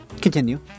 Continue